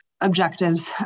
objectives